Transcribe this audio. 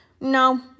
no